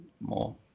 more